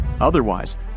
Otherwise